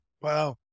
Wow